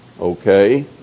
Okay